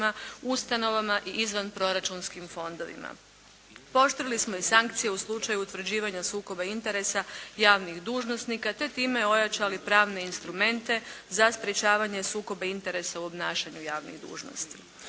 ustanovama i izvanproračunskim fondovima. Pooštrili smo i sankcije u slučaju utvrđivanja sukoba interesa javnih dužnosnika te time ojačali pravne instrumente za sprječavanje sukobe interesa u obnašanju javnih dužnosti.